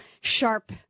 sharp